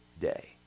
day